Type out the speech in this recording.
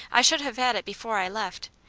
i should have had it before i left.